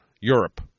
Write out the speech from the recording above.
Europe